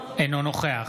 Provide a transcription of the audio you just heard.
אינו נוכח